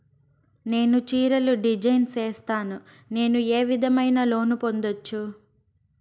నేను చీరలు డిజైన్ సేస్తాను, నేను ఏ విధమైన లోను పొందొచ్చు